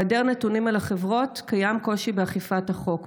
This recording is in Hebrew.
בהיעדר נתונים על החברות, קיים קושי באכיפת החוק.